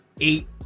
eight